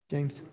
James